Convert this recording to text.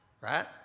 Right